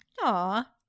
Aw